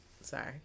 Sorry